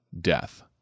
death